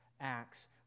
Acts